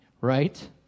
right